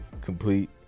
complete